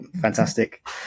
fantastic